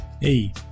Hey